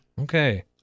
Okay